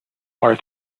are